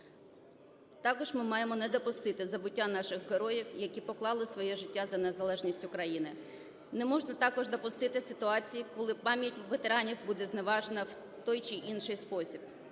Також ми маємо не допустити забуття наших героїв, які поклали своє життя за незалежність України. Не можна також допустити ситуації, коли пам'ять ветеранів буде зневажено в той чи інший спосіб.